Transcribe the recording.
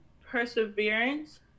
perseverance